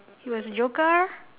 he was joker